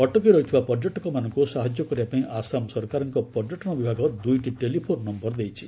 ଅଟକି ରହିଥିବା ପର୍ଯ୍ୟଟକମାନଙ୍କୁ ସାହାଯ୍ୟ କରିବା ପାଇଁ ଆସାମ ସରକାରଙ୍କ ପର୍ଯ୍ୟଟନ ବିଭାଗ ଦୁଇଟି ଟେଲିଫୋନ୍ ନୟର ଦେଇଛି